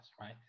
right